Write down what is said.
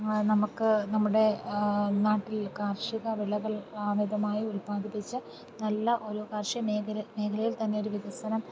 ആ നമുക്ക് നമ്മുടേ നാട്ടിൽ കാർഷിക വിളകൾ അമിതമായി ഉൽപ്പാദിപ്പിച്ച് നല്ല ഒരു കാർഷിക മേഖല മേഖലയിൽ തന്നെ ഒരു വികസനം